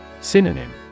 Synonym